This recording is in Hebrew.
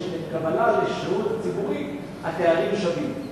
בקבלה לשירות הציבורי התארים שווים.